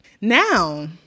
Now